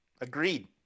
agreed